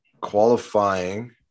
qualifying